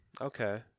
Okay